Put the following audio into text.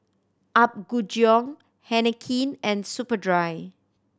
Apgujeong Heinekein and Superdry